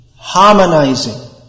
Harmonizing